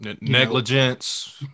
negligence